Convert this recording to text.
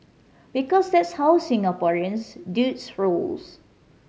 because that's how Singaporeans dudes rolls